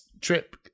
trip